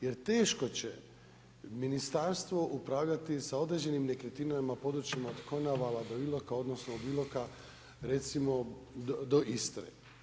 Jer teško će ministarstvo upravljati sa određenim nekretninama, područjima od Konavala do Iloka, odnosno od Iloka recimo do Istre.